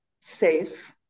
safe